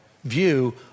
view